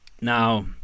Now